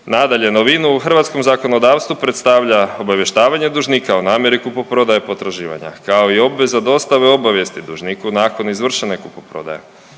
Nadalje, novinu u hrvatskom zakonodavstvu predstavlja obavještavanje dužnika o namjeri kupoprodaje potraživanja kao i obveza dostave obavijesti dužniku nakon izvršene kupoprodaje.